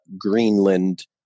Greenland